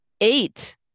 Eight